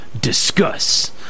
Discuss